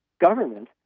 government